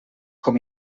com